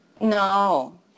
No